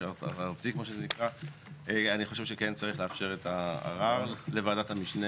אתה רוצה שעכשיו תאשר תוכנית בינוי על ידי הוועדה המקומית,